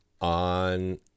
on